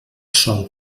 sol